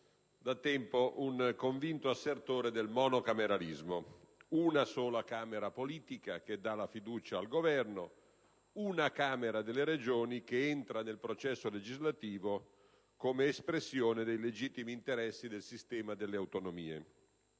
da tempo un convinto assertore del monocameralismo: una sola Camera politica che dà la fiducia al Governo, una Camera delle Regioni che entra nel processo legislativo come espressione dei legittimi interessi del sistema delle autonomie.